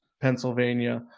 Pennsylvania